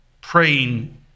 praying